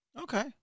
Okay